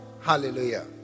Hallelujah